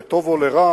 לטוב או לרע,